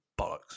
bollocks